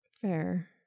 Fair